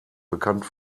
bekannt